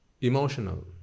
emotional